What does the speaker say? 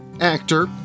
actor